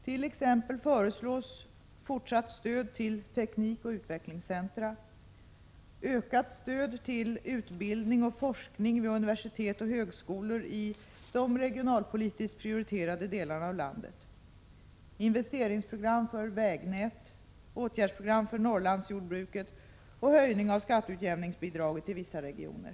Där föreslås t.ex. fortsatt stöd till teknikoch utvecklingscentra, ökat stöd till utbildning och forskning vid universitet och högskolor i de regionalpolitiskt prioriterade delarna av landet, investeringsprogram för vägnät, åtgärdsprogram för Norrlandsjordbruket och höjning av skatteutjämningsbidraget i vissa regioner.